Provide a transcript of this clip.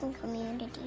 Community